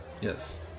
Yes